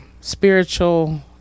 spiritual